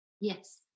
yes